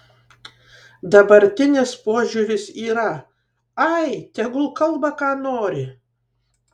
dabartinis požiūris yra ai tegul kalba ką nori